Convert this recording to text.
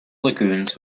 lagoons